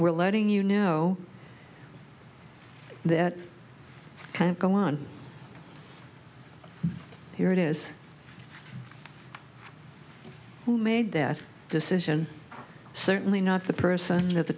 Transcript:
we're letting you know that can't go on here it is who made that decision certainly not the person that the